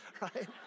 Right